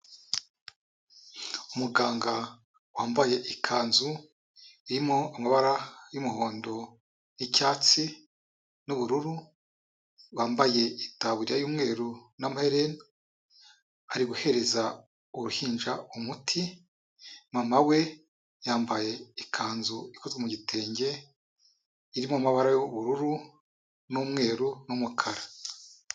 Umuganga wambaye ikanzu, irimo amabara y'umuhondo, y'icyatsi n'ubururu, wambaye itaburiya y'umweru n'amaherena, ari guhereza uruhinja umuti, mama we yambaye ikanzu ikozwe mu gitenge, iri mu mabara y'ubururu n'umweru n'umukara.